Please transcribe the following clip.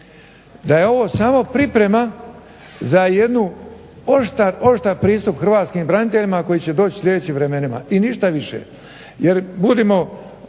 da je ovo samo priprema za jednu oštar pristup hrvatskim braniteljima koji će doći u sljedećim vremenima i ništa više